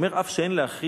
הווי אומר, "אף שאין להכחיש